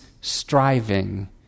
striving